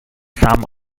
some